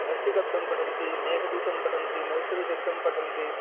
भट्टिकाव्यं पठन्ति मेघदूतम् पठन्ति नैषधीयचरितं पठन्ति